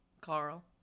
Carl